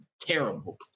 terrible